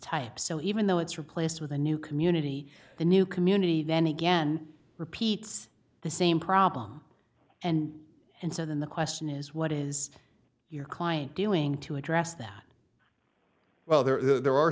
type so even though it's replaced with a new community the new community then again repeats the same problem and and so then the question is what is your client doing to address that well there